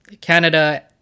Canada